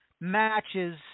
matches